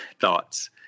thoughts